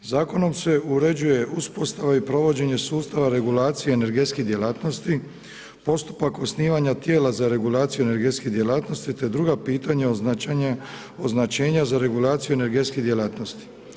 Zakonom se uređuje uspostava i provođenje sustava regulacije energetskih djelatnosti, postupak osnivanja tijela za regulaciju energetskih djelatnosti, te druga pitanja označena za regulaciju energetskih djelatnosti.